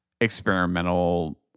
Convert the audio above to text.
experimental